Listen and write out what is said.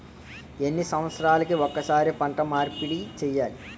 ఎన్ని సంవత్సరాలకి ఒక్కసారి పంట మార్పిడి చేయాలి?